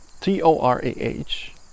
T-O-R-A-H